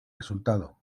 resultado